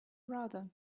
brother